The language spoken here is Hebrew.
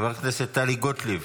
חברת הכנסת טלי גוטליב,